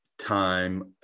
time